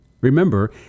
Remember